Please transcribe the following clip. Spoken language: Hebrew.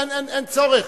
אין צורך.